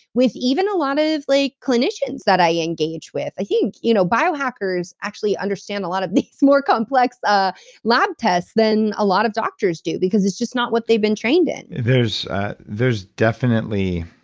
with even a lot of like clinicians that i engage with. i think you know biohackers actually understand a lot of these more complex ah lab tests than a lot of doctors do, because it's just not what they've been trained in there's there's definitely